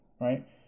right